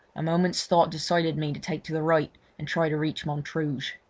a moment's thought decided me to take to the right and try to reach montrouge.